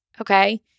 Okay